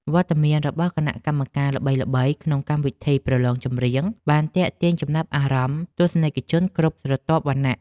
វត្តមានរបស់គណៈកម្មការល្បីៗក្នុងកម្មវិធីប្រឡងចម្រៀងបានទាក់ទាញចំណាប់អារម្មណ៍ទស្សនិកជនគ្រប់ស្រទាប់វណ្ណៈ។